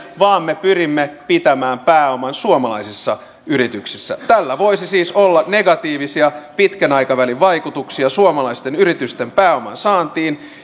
vaan me pyrimme pitämään pääoman suomalaisissa yrityksissä tällä voisi siis olla negatiivisia pitkän aikavälin vaikutuksia suomalaisten yritysten pääoman saantiin